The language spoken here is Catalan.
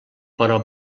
però